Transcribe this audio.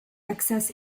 excess